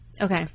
Okay